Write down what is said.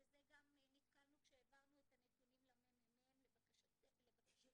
וזה גם נתקלנו כשהעברנו את הנתונים לממ"מ לבקשתכם,